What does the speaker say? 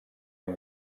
amb